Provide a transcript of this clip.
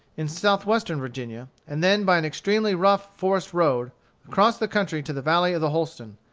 in southwestern virginia, and then by an extremely rough forest-road across the country to the valley of the holston,